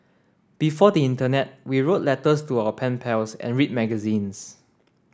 before the internet we wrote letters to our pen pals and read magazines